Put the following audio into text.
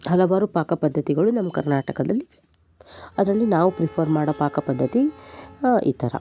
ಹಲವಾರು ಪಾಕಪದ್ಧತಿಗಳು ನಮ್ಮ ಕರ್ನಾಟಕದಲ್ಲಿ ಅದರಲ್ಲೂ ನಾವು ಪ್ರಿಫರ್ ಮಾಡೋ ಪಾಕಪದ್ಧತಿ ಈ ಥರ